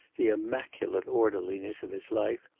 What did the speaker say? the immaculate orderliness of his life,